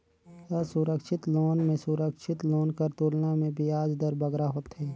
असुरक्छित लोन में सुरक्छित लोन कर तुलना में बियाज दर बगरा होथे